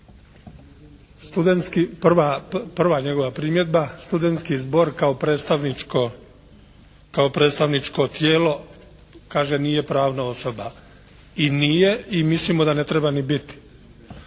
prva njegova primjedba studenski zbor kao predstavničko tijelo kaže nije pravna osoba. I nije i mislimo da ne treba ni biti.